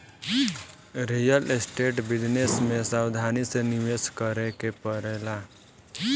real estate business में सावधानी से निवेश करे के पड़ेला